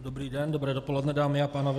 Dobrý den, dobré dopoledne, dámy a pánové.